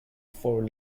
for